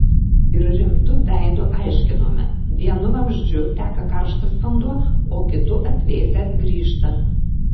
ir rimtu veidu aiškinome vienu vamzdžiu teka karštas vanduo o kitu atvėsęs grįžta